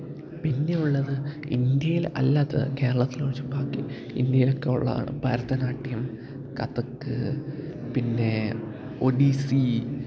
പിന്നെ ഉള്ളത് ഇന്ത്യയിൽ അല്ലാത്തത് കേരളത്തിലൊഴിച്ച് ബാക്കി ഇന്ത്യയിലൊക്കെ ഉള്ളതാണ് ഭരതനാട്യം കഥക്ക് പിന്നെ ഒഡീസി